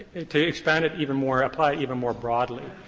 to expand it even more, apply it even more broadly,